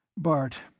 bart,